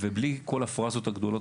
בלי כל הפראזות הגדולות.